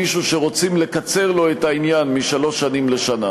מישהו שרוצים לקצר לו את העניין משלוש שנים לשנה?